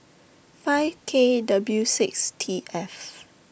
five K W six T F